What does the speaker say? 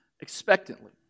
expectantly